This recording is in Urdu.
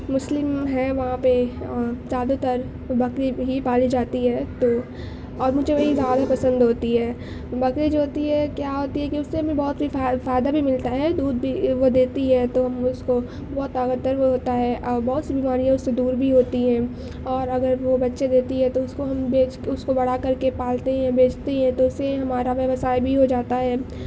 مسلم ہیں وہاں پہ اور زیادہ تر وہ بکری ہی پالی جاتی ہے تو اور مجھے وہی زیادہ پسند ہوتی ہے بکری جو ہوتی ہے کیا ہوتی ہے کہ اس سے ہمیں بہت ہی فائے فائدہ بھی ملتا ہے دودھ بھی وہ دیتی ہے تو ہم اس کو بہت طاقتور بھی ہوتا ہے اور بہت سی بیماریوں اس سے دور بھی ہوتی ہے اور اگر وہ بچے دیتی ہے تو اس کو ہم بیچ کر اس کو بڑا کر کے پالتے ہیں بیچتی ہیں تو اس سے ہمارا ویوسائے بھی ہو جاتا ہے